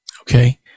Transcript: okay